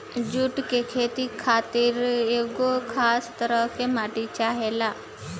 जुट के खेती खातिर एगो खास तरह के माटी चाहेला